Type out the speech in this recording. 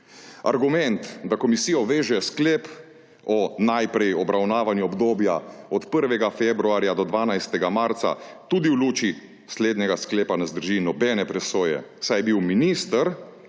Argument, da komisijo veže sklep o najprej obravnavanju obdobja od 1. februarja do 12. marca, tudi v luči slednjega sklepa ne zdrži nobene presoje, saj je bil minister,